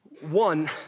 One